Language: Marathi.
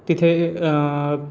तिथे